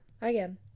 again